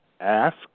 ask